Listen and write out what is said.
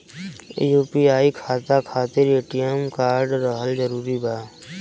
UPI खाता खातिर ATM card रहल जरूरी बा?